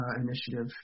initiative